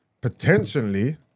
Potentially